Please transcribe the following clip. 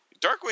Darkwing